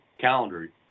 calendar